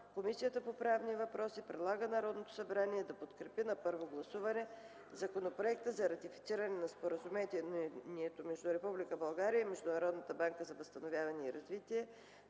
Комисията по правни въпроси предлага на Народното събрание да подкрепи на първо гласуване Законопроект за ратифициране на Споразумението между Република България и Международната банка за възстановяване и развитие